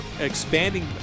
expanding